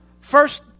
first